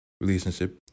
relationship